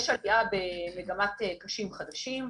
יש עלייה במגמת קשים חדשים.